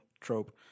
trope